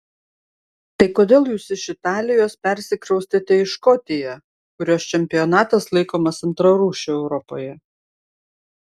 tai kodėl jūs iš italijos persikraustėte į škotiją kurios čempionatas laikomas antrarūšiu europoje